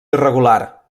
irregular